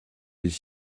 les